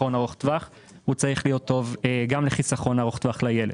ולחיסכון לאורך טווח הוא צריך להיות טוב גם לחיסכון ארוך טווח לילד.